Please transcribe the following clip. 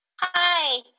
Hi